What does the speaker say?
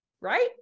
Right